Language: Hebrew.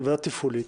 היא ועדה תפעולית.